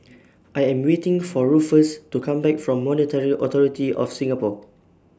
I Am waiting For Ruffus to Come Back from Monetary Authority of Singapore